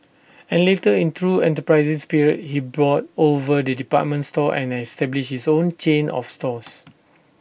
and later in true enterprising spirit he brought over the department store and established his own chain of stores